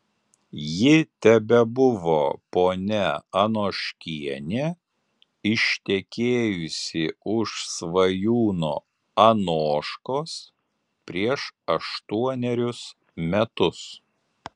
ji tebebuvo ponia anoškienė ištekėjusi už svajūno anoškos prieš aštuonerius metus